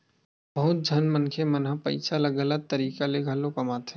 बहुत झन मनखे मन ह पइसा ल गलत तरीका ले घलो कमाथे